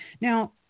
Now